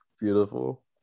Beautiful